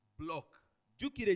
block